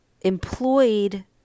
employed